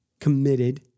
committed